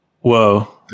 Whoa